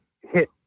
hit